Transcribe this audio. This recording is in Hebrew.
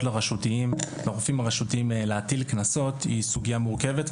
לרופאים הרשותיים להטיל קנסות היא סוגיה מורכבת,